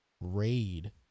raid